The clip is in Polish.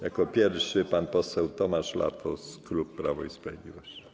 Jako pierwszy pan poseł Tomasz Latos, klub Prawo i Sprawiedliwość.